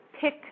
pick